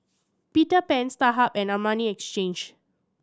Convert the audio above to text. Peter Pan Starhub and Armani Exchange